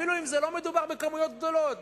אפילו אם לא מדובר בכמויות גדולות,